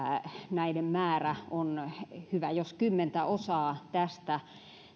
näiden määrä on hyvä jos kymmentä osaa tästä